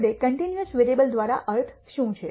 આપણે continuous variables દ્વારા શું અર્થ છે